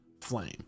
flame